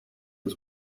his